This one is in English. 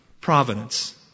providence